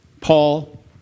Paul